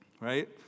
Right